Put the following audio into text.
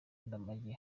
ndamage